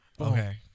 Okay